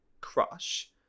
crush